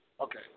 Okay